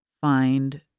find